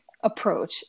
approach